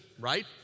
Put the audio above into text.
right